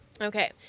Okay